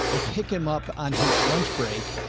and pick him up on his lunch break.